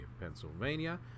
Pennsylvania